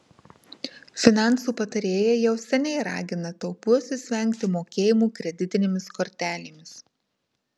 finansų patarėjai jau seniai ragina taupiuosius vengti mokėjimų kreditinėmis kortelėmis